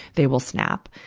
they will snap.